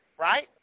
Right